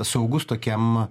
saugūs tokiam